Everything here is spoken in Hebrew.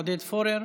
עודד פורר,